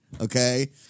okay